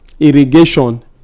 Irrigation